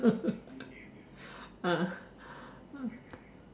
ah